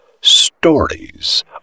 Stories